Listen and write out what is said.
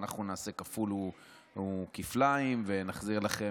ואנחנו נעשה כפול וכפליים ונחזיר לכם,